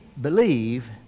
believe